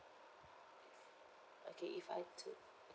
okay if I do